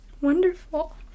Wonderful